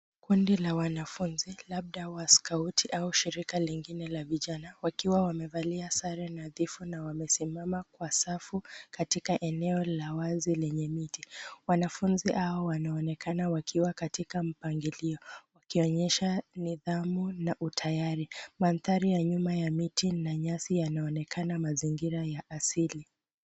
Kundi la wanafunzi, labda wa skauti au shirika la vijana wakiwa wamevalia sare nadhifu na wamesimama kwa safu katika eneo la wazi lenye miti. Wanafunzi hao wanaonekana wakiwa katika mpangilio wakionyesha nidhamu na utayari. Mndhari ya nyuma na miti na nyasi yanaonekana mazingira ya asili.